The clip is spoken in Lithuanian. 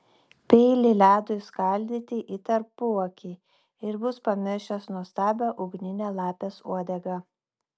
peilį ledui skaldyti į tarpuakį ir bus pamiršęs nuostabią ugninę lapės uodegą